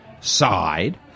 Side